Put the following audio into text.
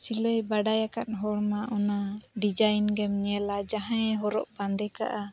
ᱥᱤᱞᱟᱹᱭ ᱵᱟᱰᱟᱭ ᱟᱠᱟᱱ ᱦᱚᱲᱢᱟ ᱚᱱᱟ ᱜᱮᱢ ᱧᱮᱞᱟ ᱡᱟᱦᱟᱸᱭ ᱦᱚᱨᱚᱜᱼᱵᱟᱸᱫᱮ ᱠᱟᱜᱼᱟ